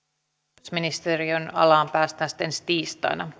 oikeusministeriön alaan päästään sitten ensi tiistaina